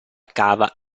cava